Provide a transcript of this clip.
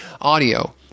audio